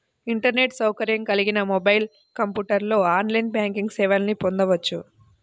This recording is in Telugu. ఇంటర్నెట్ సౌకర్యం కలిగిన మొబైల్, కంప్యూటర్లో ఆన్లైన్ బ్యాంకింగ్ సేవల్ని పొందొచ్చు